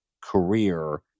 career